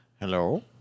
Hello